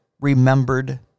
remembered